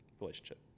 relationship